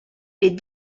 les